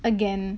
again